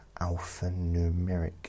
alphanumeric